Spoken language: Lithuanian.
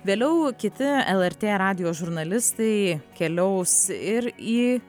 vėliau kiti lrt radijo žurnalistai keliaus ir į